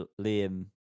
Liam